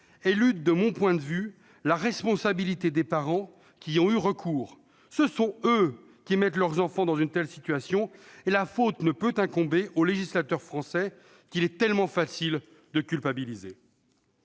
sa décision élude la responsabilité des parents qui y ont eu recours. Ce sont eux qui mettent leurs enfants dans une telle situation : la faute ne peut incomber au législateur français, qu'il est tellement facile d'incriminer